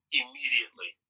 immediately